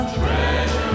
treasure